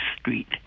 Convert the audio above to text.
Street